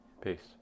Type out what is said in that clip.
peace